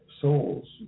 souls